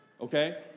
okay